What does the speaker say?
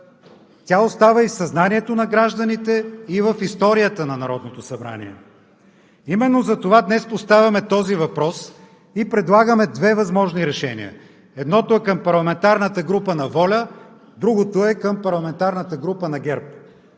Тя остава и в съзнанието на гражданите, и в историята на Народното събрание. Именно затова днес поставяме този въпрос и предлагаме две възможни решения. Едното е към парламентарната група на ВОЛЯ, другото е към парламентарната група на ГЕРБ.